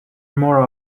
more